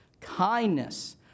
kindness